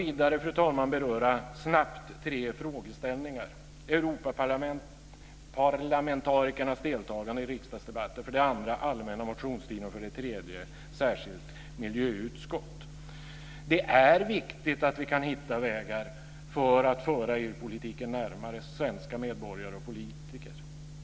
Vidare vill jag snabbt beröra tre frågeställningar. Det gäller Europaparlamentarikernas deltagande i riksdagsdebatter, den allmänna motionstiden och ett särskilt miljöutskott. Det är viktigt att vi kan hitta vägar för att föra EU politiken närmare svenska medborgare och politiker.